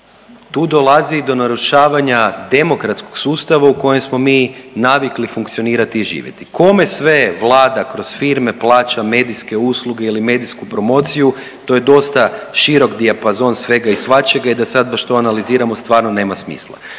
tu dolazi do narušavanja demokratskog sustava u kojem smo mi navikli funkcionirati i živjeti. Kome sve Vlada kroz firme plaća medijske usluge ili medijsku promociju to je dosta širok dijapazon svega i svačega i da sad baš to analiziramo stvarno nema smisla.